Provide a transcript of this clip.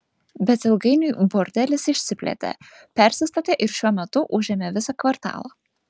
bet ilgainiui bordelis išsiplėtė persistatė ir šiuo metu užėmė visą kvartalą